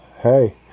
Hey